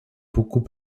beaucoup